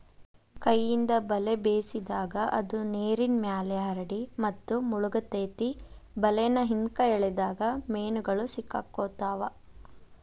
ಕೈಯಿಂದ ಬಲೆ ಬೇಸಿದಾಗ, ಅದು ನೇರಿನ್ಮ್ಯಾಲೆ ಹರಡಿ ಮತ್ತು ಮುಳಗತೆತಿ ಬಲೇನ ಹಿಂದ್ಕ ಎಳದಾಗ ಮೇನುಗಳು ಸಿಕ್ಕಾಕೊತಾವ